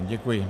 Děkuji.